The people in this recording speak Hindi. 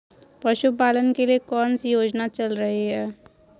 पशुपालन के लिए कौन सी योजना चल रही है?